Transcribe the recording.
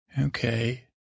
Okay